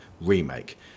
remake